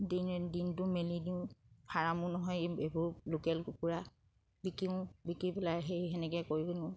দিনটো মেলি দিওঁ ফাৰামো নহয় এইবোৰ লোকেল কুকুৰা বিকিওঁ বিকি পেলাই সেই সেনেকে কৰিব নোৱাৰোঁ